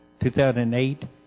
2008